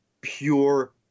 pure